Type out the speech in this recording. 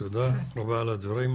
תודה רבה על הדברים.